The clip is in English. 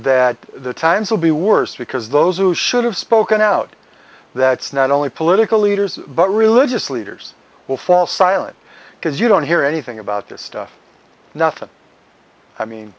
that the times will be worse because those who should have spoken out that not only political leaders but religious leaders will fall silent because you don't hear anything about this stuff nothing i mean